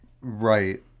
right